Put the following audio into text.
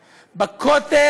בכותל,